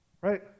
Right